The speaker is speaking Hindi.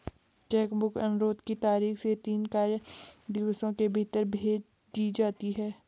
चेक बुक अनुरोध की तारीख से तीन कार्य दिवसों के भीतर भेज दी जाती है